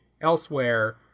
elsewhere